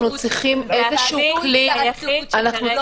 זה הכלי היחיד --- יש לכם נתונים --- אנחנו